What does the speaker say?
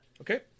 Okay